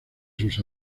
sus